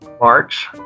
March